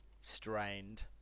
strained